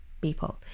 people